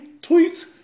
Tweets